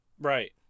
Right